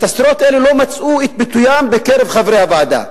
הסתירות האלה לא מצאו את ביטוין בקרב חברי הוועדה.